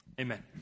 Amen